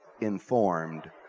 informed